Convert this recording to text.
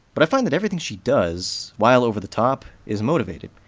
but i find that everything she does, while over-the-top, is motivated.